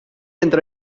entró